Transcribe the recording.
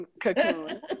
cocoon